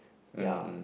ya